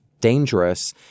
dangerous